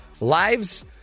lives